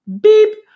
beep